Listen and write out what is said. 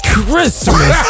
Christmas